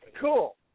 cool